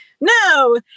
no